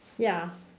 ya